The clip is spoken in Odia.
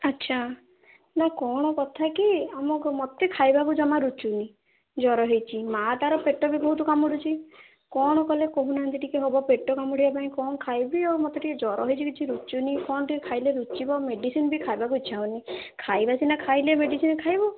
ଆଚ୍ଛା ନା କ'ଣ କଥାକି ଆମକୁ ମୋତେ ଖାଇବାକୁ ଜମା ରୁଚୁନି ଜ୍ୱର ହେଇଛି ମାଆ ତା'ର ପେଟବି ବହୁତ କାମୁଡ଼ୁଛି କ'ଣ କଲେ କହୁନାହାନ୍ତି ଟିକେ ହେବ ପେଟ କାମୁଡ଼ିବା ପାଇଁ କ'ଣ ଖାଇବି ଆଉ ମୋତେ ଟିକେ ଜ୍ୱର ହେଇଛି କିଛି ରୁଚୁନି କ'ଣ ଟିକେ ଖାଇଲେ ରୂଚିବ ମେଡ଼ିସିନ୍ ବି ଖାଇବାକୁ ଇଚ୍ଛା ହେଉନି ଖାଇବା ସିନା ଖାଇଲେ ମେଡ଼ିସିନ୍ ଖାଇବୁ